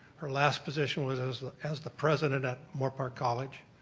her last position was as as the president ah moorpark college.